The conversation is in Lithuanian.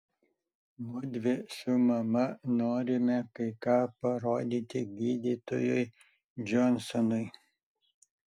mudvi su mama norime kai ką parodyti gydytojui džonsonui